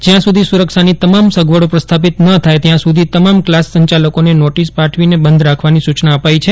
જ્યાં સુધી સુરક્ષાની તમામ સગવડી પ્રસ્થાપિત ન થાય ત્યાં સુધી તમામ ક્લાસ સંચાલકોને નોટિસ પાઠવી છે